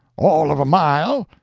all of a mile!